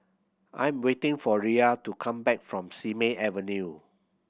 I'm waiting for Riya to come back from Simei Avenue